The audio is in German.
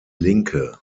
linke